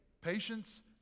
Patience